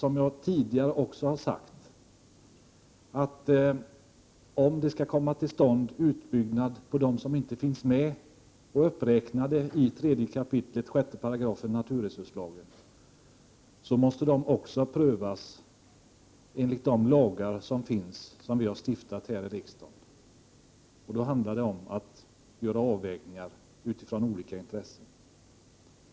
Om en utbyggnad skall komma till stånd av de vattendrag som inte står uppräknade i 3 kap. 6 § naturresursla gen, krävs en prövning enligt de lagar som finns och som riksdagen har stiftat —- vilket jag också tidigare sagt. Det handlar då om att göra avvägningar mellan olika intressen.